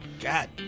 God